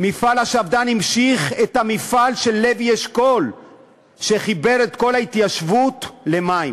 מפעל השפד"ן המשיך את המפעל של לוי אשכול שחיבר את כל ההתיישבות למים,